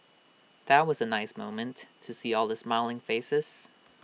that was A nice moment to see all the smiling faces